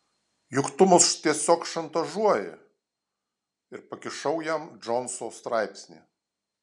juk tu mus tiesiog šantažuoji ir pakišau jam džonso straipsnį